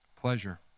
pleasure